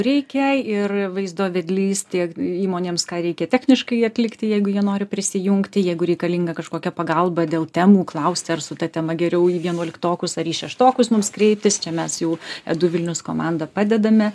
reikia ir vaizdo vedlys tiek įmonėms ką reikia techniškai atlikti jeigu jie nori prisijungti jeigu reikalinga kažkokia pagalba dėl temų klausti ar su ta tema geriau į vienuoliktokus ar į šeštokus mums kreiptis čia mes jau edu vilnius komanda padedame